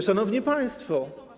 Szanowni Państwo!